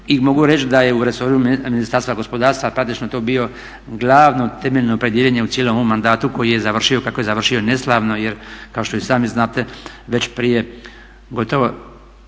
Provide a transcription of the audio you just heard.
I mogu reći da je u resoru Ministarstva gospodarstva praktično to bilo glavno temeljno opredjeljenje u cijelom ovom mandatu koji je završio kako je završio neslavno. Jer kao što i sami znate već prije gotovo